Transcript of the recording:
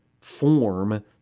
form